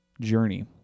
journey